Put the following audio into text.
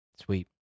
sweet